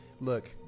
look